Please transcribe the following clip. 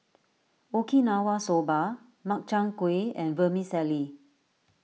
Okinawa Soba Makchang Gui and Vermicelli